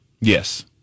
Yes